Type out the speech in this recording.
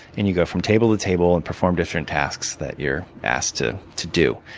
and you go from table to table and perform different tasks that you're asked to to do.